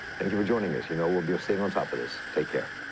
thank you for joining us. you know we'll be staying on top of this. take care.